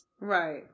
Right